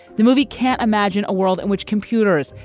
the movie can't imagine a world in which computers,